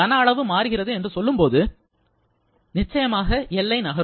கன அளவு மாறுகிறது என்று சொல்லும்போது நிச்சயமாக எல்லை நகரும்